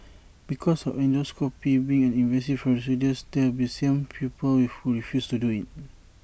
because of endoscopy being an invasive procedures there will be some people who refuse to do IT